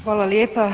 Hvala lijepo.